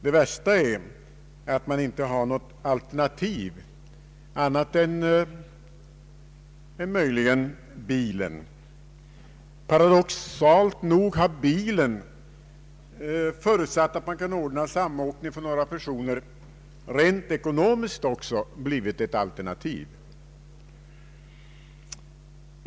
Det värsta är att man inte har något annat alternativ än möjligen bilen. Paradoxalt nog har bilen, förutsatt att man kan ordna samåkning med några personer, rent ekonomiskt också blivit ett alternativ.